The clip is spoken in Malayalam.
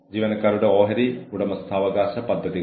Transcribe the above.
ജീവനക്കാരൻ വഴി എല്ലാ വിധത്തിലും സാധ്യമാണ്